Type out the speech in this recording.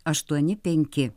aštuoni penki